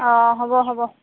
অঁ হ'ব হ'ব